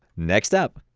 next up,